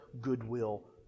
goodwill